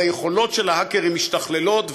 היכולות של ההאקרים הולכות ומשתכללות,